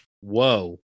whoa